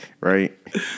right